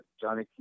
Johnny